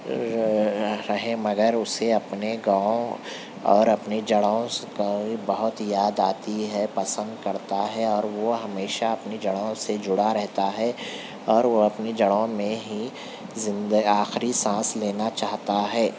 رہے مگر اسے اپنے گاؤں اور اپنی جڑوں کی بہت یاد آتی ہے پسند کرتا ہے اور وہ ہمیشہ اپنی جڑوں سے جڑا رہتا ہے اور وہ اپنی جڑوں میں ہی زندگی آخری سانس لینا چاہتا ہے